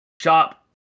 shop